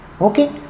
Okay